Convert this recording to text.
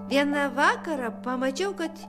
vieną vakarą pamačiau kad